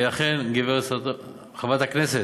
אכן, חברת הכנסת,